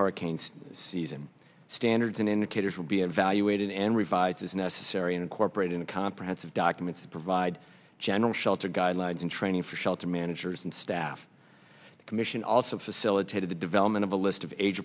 hurricane season standards and indicators will be evaluated and revised as necessary incorporate in a comprehensive document to provide general shelter guidelines and training for shelter managers and staff the commission also facilitated the development of a list of age